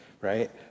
right